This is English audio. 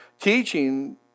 teaching